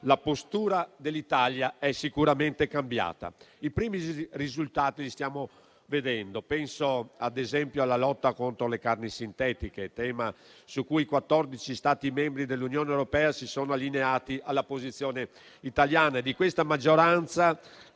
La postura dell'Italia è sicuramente cambiata. I primi risultati li stiamo vedendo. Penso, ad esempio, alla lotta contro le carni sintetiche, tema su cui i quattordici Stati membri dell'Unione europea si sono allineati alla posizione italiana e di questa maggioranza,